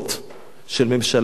יש פה כל כך הרבה שרים.